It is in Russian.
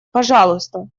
пожалуйста